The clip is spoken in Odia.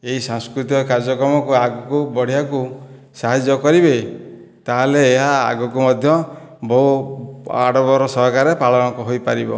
ଏହି ସାଂସ୍କୃତିକ କାର୍ଯ୍ୟକ୍ରମକୁ ଆଗକୁ ବଢେଇବାକୁ ସାହାଯ୍ୟ କରିବେ ତାହେଲେ ଏହା ଆଗକୁ ମଧ୍ୟ ବହୁତ ଆଡ଼ମ୍ବର ସହକାରେ ପାଳନ ହୋଇପାରିବ